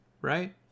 right